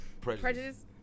Prejudice